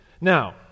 Now